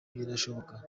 birashoboka